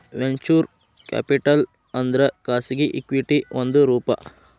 venture capital ಅಂದ್ರ ಖಾಸಗಿ equity ಒಂದ್ ರೂಪ